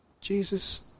Jesus